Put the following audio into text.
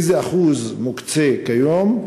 2. איזה אחוז מוקצה כיום?